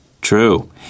True